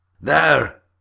There